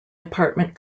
apartment